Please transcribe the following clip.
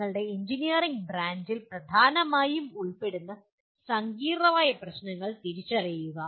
നിങ്ങളുടെ എഞ്ചിനീയറിംഗ് ബ്രാഞ്ചിൽ പ്രധാനമായും ഉൾപ്പെടുന്ന സങ്കീർണ്ണമായ പ്രശ്നങ്ങൾ തിരിച്ചറിയുക